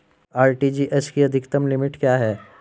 RTGS की अधिकतम limit क्या है?